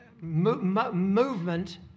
movement